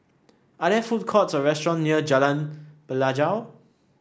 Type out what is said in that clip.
are there food courts or restaurants near Jalan Pelajau